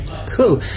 Cool